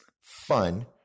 fun